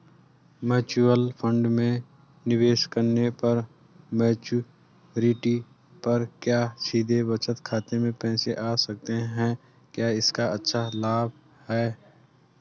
Mutual fund में निवेश करने पर मैच्योरिटी पर क्या सीधे बचत खाते में पैसे आ सकते हैं क्या इसका अच्छा लाभ है?